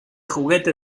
juguete